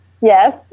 Yes